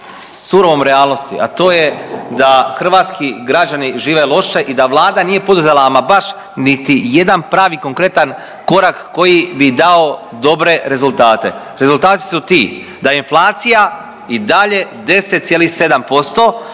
surovom realnosti a to je da hrvatski građani žive loše i da Vlada nije poduzela ama baš niti jedan pravi konkretan korak koji bi dao dobre rezultate. Rezultati su ti da je inflacija i dalje 10,7%